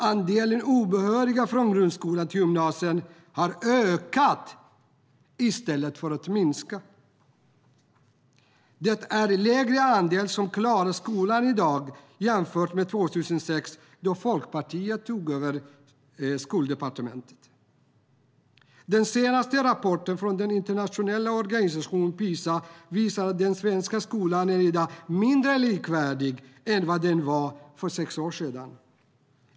Andelen obehöriga från grundskolan till gymnasiet har ökat i stället för att minska. Det är en lägre andel som klarar skolan i dag än 2006 då Folkpartiet tog över Utbildningsdepartementet. Den senaste rapporten från den internationella organisationen PISA visar att den svenska skolan i dag är mindre likvärdig än vad den var för sex år sedan.